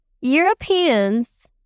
Europeans